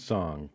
Song